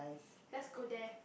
let's go there